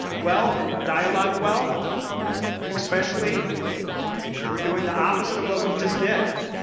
well and dialogued well especially we are doing the opposite of what we just did.